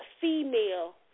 female